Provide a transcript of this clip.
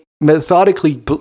methodically